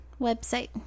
website